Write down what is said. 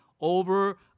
over